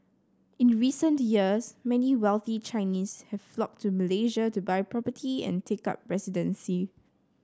in recent years many wealthy Chinese have flocked to Malaysia to buy property and take up residency